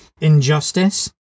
injustice